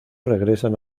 regresan